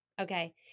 Okay